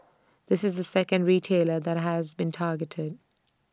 this is the second retailer that has been targeted